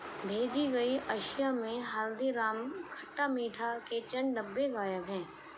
بھیجی گئی اشیا میں ہلدی رام کھٹا میٹھا کے چند ڈبے غائب ہیں